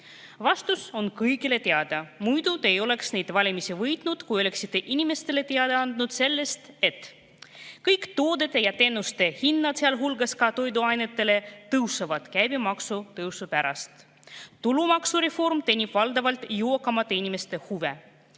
Vastus on kõigile teada: muidu te ei oleks neid valimisi võitnud, kui oleksite inimestele teada andnud, et kõik toodete ja teenuste hinnad, sealhulgas ka toiduainetel, tõusevad käibemaksu tõusu pärast. Tulumaksureform teenib valdavalt jõukamate inimeste huve.